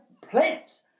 plants